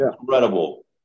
incredible